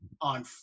on